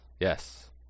Yes